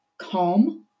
Calm